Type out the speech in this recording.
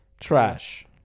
trash